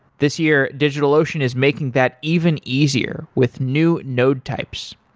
this year, digitalocean is making that even easier with new node types.